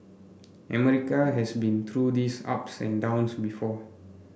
America has been through these ups and downs before